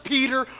Peter